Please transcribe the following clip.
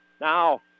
Now